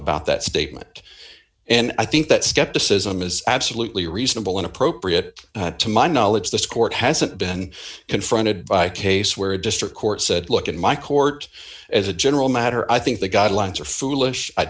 about that statement and i think that skepticism is absolutely reasonable and appropriate to my knowledge this court hasn't been confronted by a case where a district court said look in my court as a general matter i think the guidelines are foolish i